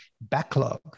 backlog